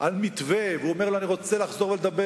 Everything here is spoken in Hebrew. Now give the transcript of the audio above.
של מתווה, והוא אומר לו: אני רוצה לחזור לדבר.